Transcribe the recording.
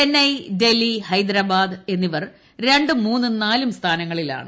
ചെന്നൈ ഡൽഹി ഹൈദ്രാബാദ് എന്നിവർ രണ്ടും മൂന്നും നാലും സ്ഥാനങ്ങളിലാണ്